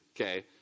okay